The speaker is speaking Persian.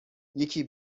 یکی